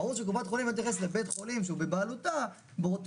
ברור קופת החולים לא תתייחס לבית חולים שהוא בבעלותה באותו